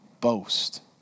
Boast